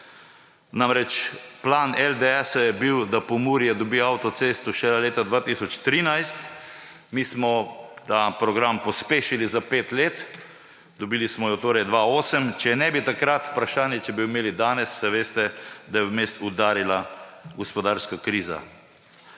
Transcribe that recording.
Namreč plan LDS je bil, da Pomurje dobi avtocesto šele leta 2013, mi smo ta program pospešili za pet let, dobili smo jo torej 2008. Če ne bi takrat, vprašanje, če bi jo imeli danes, saj veste, da je vmes udarila gospodarska kriza.